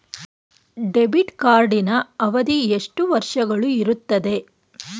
Debit ಕಾರ್ಡಿನ ಅವಧಿ ಎಷ್ಟು ವರ್ಷಗಳು ಇರುತ್ತದೆ?